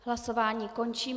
Hlasování končím.